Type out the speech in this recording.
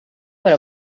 per